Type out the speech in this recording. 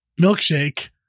milkshake